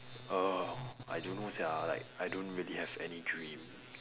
err I don't know sia like I don't really have any dream